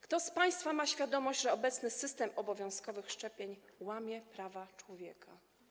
Kto z państwa ma świadomość, że obecny system obowiązkowych szczepień łamie prawa człowieka?